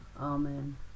Amen